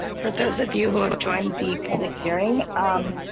for those of you who have joined the public hearing um